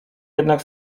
jednak